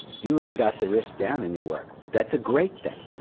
you really got the risk down in your work. that's a great thing.